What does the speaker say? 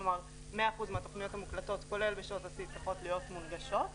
כלומר 100% מהתכניות המוקלטות כולל בשעות השיא צריכות להיות מונגשות,